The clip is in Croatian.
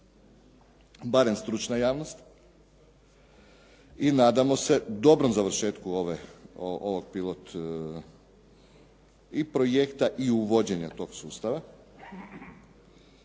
barem stručna javnost. I nadamo se dobrom završetku ovog pilot i projekta i uvođenja tog sustava.